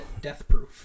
Deathproof